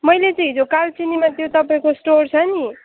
मैले चाहिँ हिजो कालचिनीमा त्यो तपाईँको स्टोर छ नि